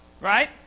right